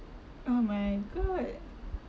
oh my god